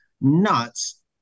nuts